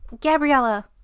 Gabriella